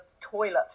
toilet